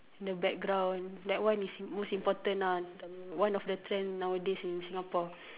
the background that one is most important lah one of the trends nowadays in Singapore